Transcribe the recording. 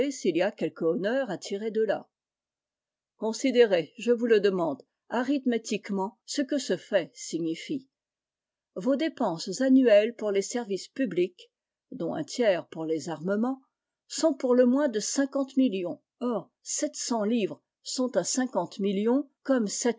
s'il y a quelque honneur tirer de là considérez je vous le demande arithmétiquement ce que ce fait signifie vos dépenses annuelles pour les services publics dont un tiers pour les armements sont pour le moins de o millions or livres sont à o millions comme